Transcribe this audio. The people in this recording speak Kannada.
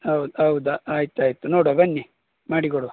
ಹೌದಾ ಹೌದ ಆಯ್ತು ಆಯ್ತು ನೋಡುವ ಬನ್ನಿ ಮಾಡಿಕೊಡುವ